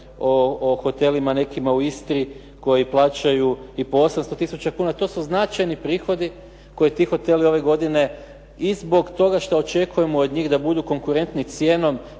o hotelima nekima u Istri koji plaćaju i po 800 tisuća kuna. to su značajni prihodi koji ti hoteli ove godine i zbog toga što očekujemo od njih da budu konkurentni cijenom